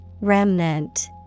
Remnant